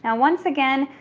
and once again,